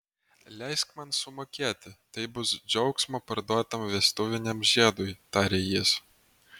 leisk man sumokėti tai bus džiaugsmo parduotam vestuviniam žiedui tarė jis